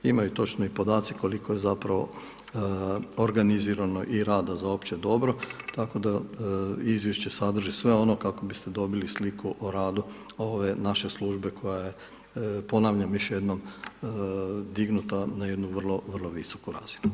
Imaju točno i podaci koliko je zapravo organizirano i rada za opće dobro tako da izvješće sadrži sve ono kako bi ste dobili sliku o radu ove naše službe koja je ponavljam još jednom, dignuta na jednu vrlo, vrlo visoku razinu.